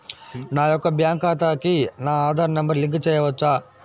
నా యొక్క బ్యాంక్ ఖాతాకి నా ఆధార్ నంబర్ లింక్ చేయవచ్చా?